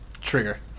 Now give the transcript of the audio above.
trigger